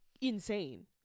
insane